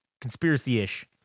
Conspiracy-ish